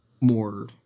more